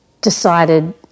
decided